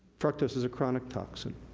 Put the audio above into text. fructose is a chronic toxin.